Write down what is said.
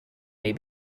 may